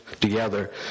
together